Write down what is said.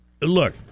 Look